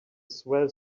swell